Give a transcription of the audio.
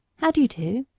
how do you do?